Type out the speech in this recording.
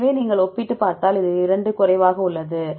எனவே நீங்கள் ஒப்பிட்டுப் பார்த்தால் இந்த 2 குறைவாக உள்ளது